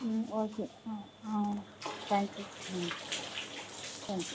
ம் ஓகே ம் ம் தேங்க் யூ ம் தேங்க் யூ